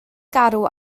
garw